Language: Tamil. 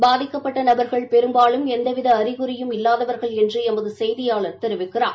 பாதிக்கப்பட்ட நபர்கள் பெரும்பாலும் எந்தவித அறிகுறியும் இல்லாதவர்கள் என்று எமது செய்தியாளர் தெரிவிக்கிறார்